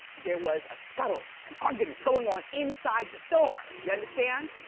there was a scuttle, an argument, going on inside the store. you understand?